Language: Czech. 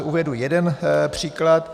Uvedu jeden příklad.